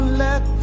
let